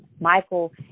Michael